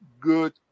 good